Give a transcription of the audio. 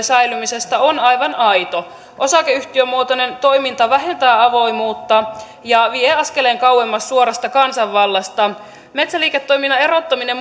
säilymisestä on aivan aito osakeyhtiömuotoinen toiminta vähentää avoimuutta ja vie askeleen kauemmas suorasta kansanvallasta metsäliiketoiminnan erottaminen